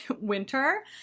winter